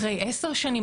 אחרי עשר שנים,